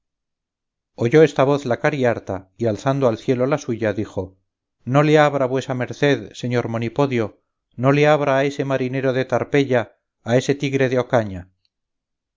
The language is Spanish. repolido soy oyó esta voz cariharta y alzando al cielo la suya dijo no le abra vuesa merced señor monipodio no le abra a ese marinero de tarpeya a este tigre de ocaña